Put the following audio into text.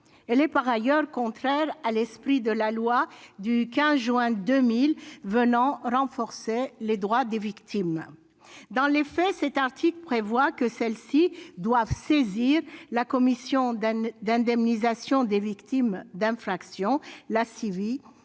Elle est par ailleurs contraire à l'esprit de la loi du 15 juin 2000, qui est venue renforcer les droits des victimes. Dans les faits, cet article prévoit que celles-ci doivent saisir la commission d'indemnisation des victimes d'infractions, la CIVI,